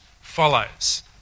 follows